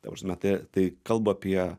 ta prasme tai tai kalba apie